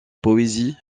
poésie